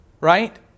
Right